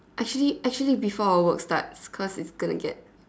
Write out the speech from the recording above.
actually actually before our work starts cause it's gonna get